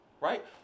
right